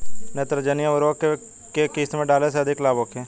नेत्रजनीय उर्वरक के केय किस्त में डाले से अधिक लाभ होखे?